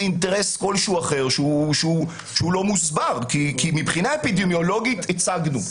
אינטרס כלשהו אחר שהוא לא מוסבר כי מבחינה אפידמיולוגית הצגנו.